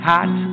Hot